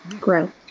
grow